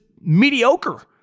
mediocre